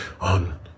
on